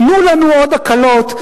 תנו לנו עוד הקלות,